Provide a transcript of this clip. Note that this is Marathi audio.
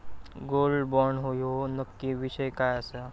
गोल्ड बॉण्ड ह्यो नक्की विषय काय आसा?